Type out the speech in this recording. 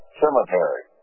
cemetery